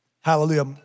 Hallelujah